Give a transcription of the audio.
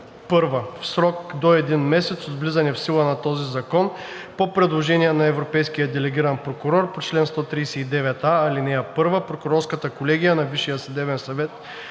7. (1) В срок до един месец от влизането в сила на този закон по предложение на европейския делегиран прокурор по чл. 139а, ал. 1 прокурорската колегия на